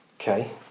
Okay